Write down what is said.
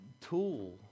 tool